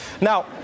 Now